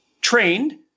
trained